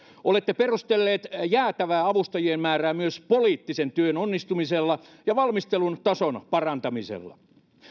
olette perustelleet jäätävää avustajien määrää myös poliittisen työn onnistumisella ja valmistelun tason parantamisella